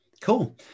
Cool